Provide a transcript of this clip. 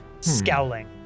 Scowling